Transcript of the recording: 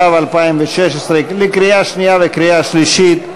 התשע"ו 2016, לקריאה שנייה ולקריאה שלישית.